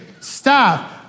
Stop